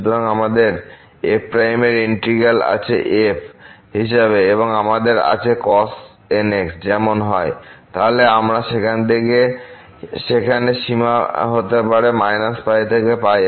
সুতরাং আমাদের f এর ইন্টিগ্র্যাল আছে f হিসাবে এবং আমাদের আছে cos nx যেমন হয় তাহলে আমরা থেকে সেখানে সীমা হতে পারি - π থেকে π